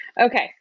Okay